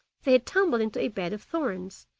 they had tumbled into a bed of thorns,